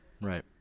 Right